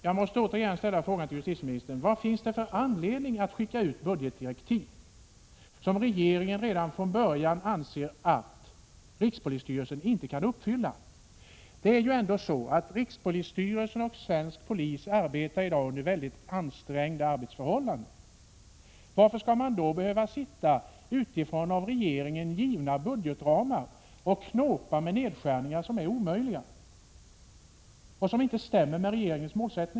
Jag måste åter ställa frågan till justitieministern: Vilken anledning finns det att skicka ut budgetdirektiv som regeringen redan från början anser att rikspolisstyrelsen inte kan uppfylla? Rikspolisstyrelsen och svensk polis arbetar i dag under hårt ansträngda förhållanden. Varför skall de då behöva att utifrån av regeringen givna budgetramar knåpa med nedskärningar som är omöjliga och som inte stämmer med regeringens mål?